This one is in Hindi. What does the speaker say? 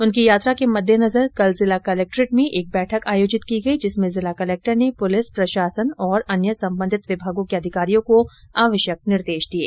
उनकी यात्रा के मद्देनजर कल जिला कलेक्ट्रेट मेर् एक बैठक आयोजित की गई जिसमें जिला कलेक्टर ने पुलिस प्रशासन और अन्य सम्बंधित विभागों के अधिकारियों को आवश्यक निर्देश दिये